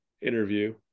interview